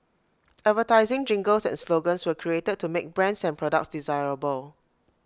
advertising jingles and slogans were created to make brands and products desirable